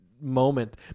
moment